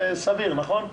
זה סביר, נכון?